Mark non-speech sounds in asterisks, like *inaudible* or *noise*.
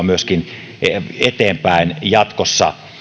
*unintelligible* myöskin uskoa eteenpäin jatkossa